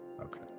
Okay